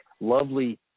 lovely